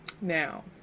Now